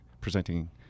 presenting